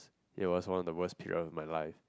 it was one of the worse period of my life